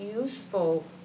useful